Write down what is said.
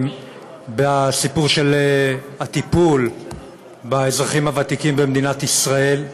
בסיפור של הטיפול באזרחים הוותיקים במדינת ישראל.